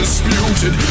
Disputed